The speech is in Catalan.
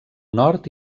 nord